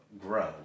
grow